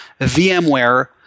VMware